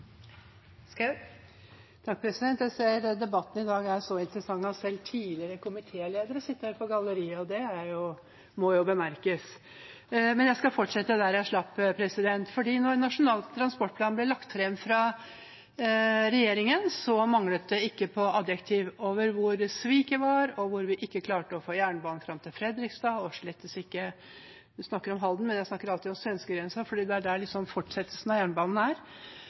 så interessant at selv tidligere komitéledere sitter på galleriet. Det må jo bemerkes. Men jeg skal fortsette der jeg slapp. Da Nasjonal transportplan ble lagt fram av regjeringen, manglet det ikke på adjektiver om hvor sviket var, og at vi ikke klarte å få jernbane fram til Fredrikstad og slettes ikke til Halden. En snakker om Halden, men jeg snakker alltid om svenskegrensen, for det er liksom der fortsettelsen av jernbanen er.